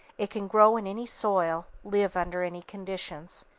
it can grow in any soil, live under any conditions.